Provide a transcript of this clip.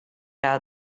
out